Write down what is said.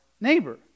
neighbor